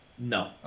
No